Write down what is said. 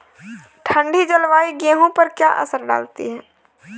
ठंडी जलवायु गेहूँ पर क्या असर डालती है?